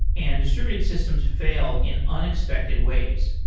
and distributed systems fail in unexpected ways.